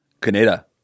Canada